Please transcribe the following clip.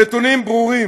הנתונים ברורים,